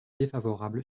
défavorable